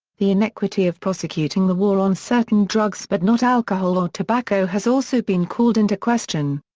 the inequity of prosecuting the war on certain drugs but not alcohol or tobacco has also been called into question.